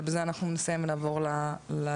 ובזה אנחנו נסיים ונעבור לארגונים,